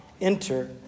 enter